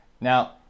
now